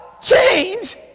Change